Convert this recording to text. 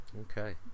Okay